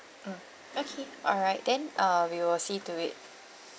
mm okay alright then uh we will see to it